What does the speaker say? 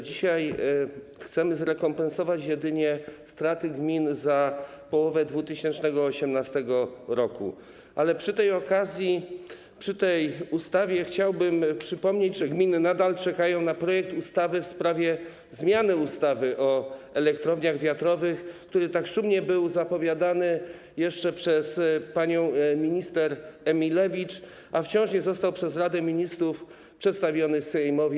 Dzisiaj chcemy zrekompensować jedynie straty gmin za połowę 2018 r., ale przy tej okazji, przy tej ustawie chciałbym przypomnieć, że gminy nadal czekają na projekt ustawy w sprawie zmiany ustawy o elektrowniach wiatrowych, który tak szumnie był zapowiadany jeszcze przez panią minister Emilewicz, a wciąż nie został przez Radę Ministrów przedstawiony Sejmowi.